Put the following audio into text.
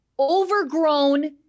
overgrown